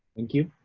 thank you.